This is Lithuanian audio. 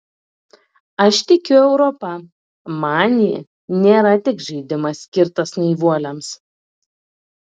aš tikiu europa man ji nėra tik žaidimas skirtas naivuoliams